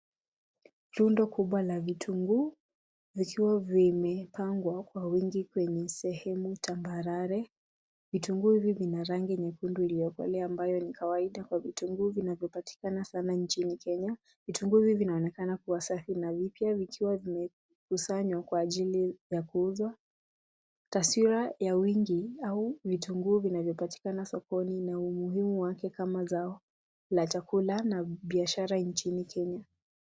Rundo kubwa la vitunguu vikiwa vimepangwa kwa wingi kwenye sehemu tambarare. Vitunguu hivi vina rangi nyekundu iliyokolea ambayo ni kawaida kwa vitunguu vinavyopatikana sana nchini Kenya, Vitunguu hivi vinaonekana kuwa safi na vipya vikiwa vimekusanywa kwa ajli ya kuuzwa. Taswira ya wingi au vitunguu vinavyopatikana sokoni na umuhimu wake kama zao la chakula na biashara nchini Kenya.